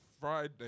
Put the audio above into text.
Friday